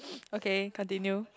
okay continue